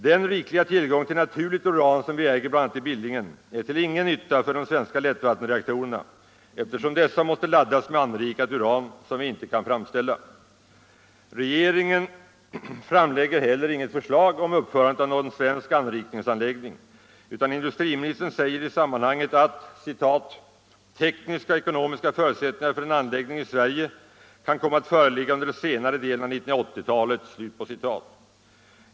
Den rikliga tillgång till naturligt uran som vi äger bl.a. i Billingen är till ingen nytta för de svenska lättvattenreaktorerna, eftersom dessa måste laddas med anrikat uran som vi inte kan framställa. Regeringen framlägger heller inget förslag om uppförandet av någon svensk anrikningsanläggning, utan industriministern säger i sammanhanget att ”tekniska och ekonomiska förutsättningar för en anläggning i Sverige kan komma att föreligga under senare delen av 1980-talet”.